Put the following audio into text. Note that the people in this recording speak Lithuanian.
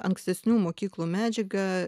ankstesnių mokyklų medžiagą